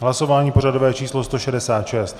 Hlasování pořadové číslo 166.